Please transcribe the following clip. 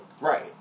Right